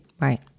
Right